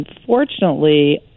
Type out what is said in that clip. Unfortunately